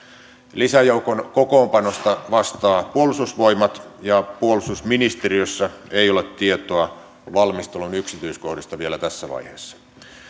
lisäjoukon kokoonpanosta vastaa puolustusvoimat ja puolustusministeriössä ei ole tietoa valmistelun yksityiskohdista vielä tässä vaiheessa